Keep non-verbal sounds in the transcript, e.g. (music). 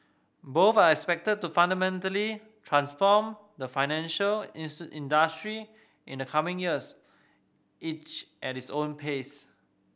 both are expected to fundamentally transform the financial (unintelligible) industry in the coming years each at its own pace